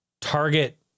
target